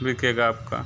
बिकेगा आप का